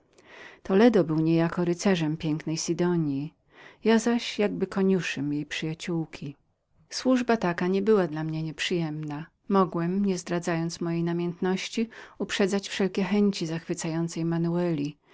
toledo był niejako rycerzem pięknej sidonji ja zaś niby koniuszym jej przyjaciołki służba ta niemiała dla mnie nic nieprzyjemnego mogłem nie zdradzając mojej namiętności uprzedzać wszelkie chęci zachwycającej manueli